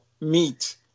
meat